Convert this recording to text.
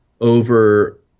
over